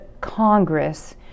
Congress